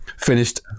Finished